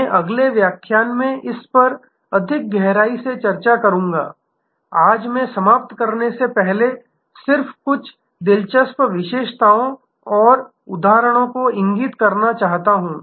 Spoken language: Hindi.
मैं अगले व्याख्यान में इस पर अधिक गहराई से चर्चा करूंगा आज मैं समाप्त करने से पहले सिर्फ कुछ दिलचस्प विशेषताओं और उदाहरणों को इंगित करना चाहता हूं